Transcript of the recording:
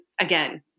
again